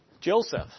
Joseph